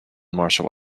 martial